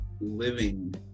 living